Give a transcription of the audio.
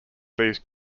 these